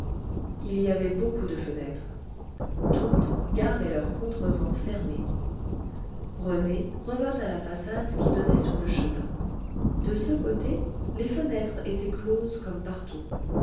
il y avait beaucoup de fenêtres toutes gardaient leurs contrevents fermés rené revint à la façade qui donnait sur le chemin de ce côté les fenêtres étaient closes comme partout